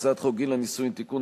הצעת חוק גיל הנישואין (תיקון,